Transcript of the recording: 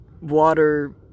water